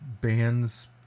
bands